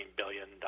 billion